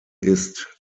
ist